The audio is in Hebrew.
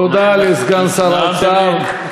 תודה לסגן שר האוצר.